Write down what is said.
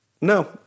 no